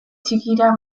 txikiari